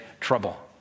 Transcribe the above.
trouble